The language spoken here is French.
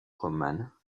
romanes